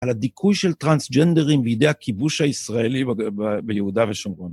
על הדיכוי של טרנסג'נדרים בידי הכיבוש הישראלי ביהודה ושומרון.